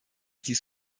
dies